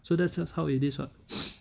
so that's just how it is [what]